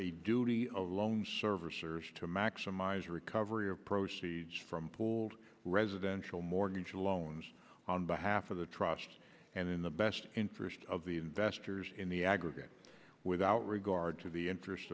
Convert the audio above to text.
a duty of loan servicers to maximize recovery of proceeds from pooled residential mortgage loans on behalf of the trust and in the best interest of the investors in the aggregate without regard to the interest